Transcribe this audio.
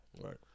Right